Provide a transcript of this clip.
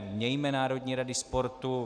Mějme národní rady sportu.